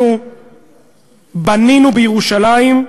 אנחנו בנינו בירושלים,